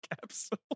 capsule